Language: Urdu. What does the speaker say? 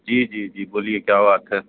جی جی جی بولیے کیا بات ہے